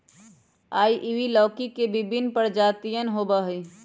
ivy लौकी के विभिन्न प्रजातियन होबा हई